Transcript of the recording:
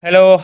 Hello